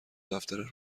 دفتر